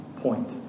point